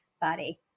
body